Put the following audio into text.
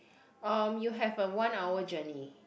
um you have a one hour journey